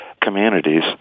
communities